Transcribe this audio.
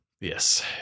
Yes